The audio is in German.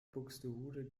buxtehude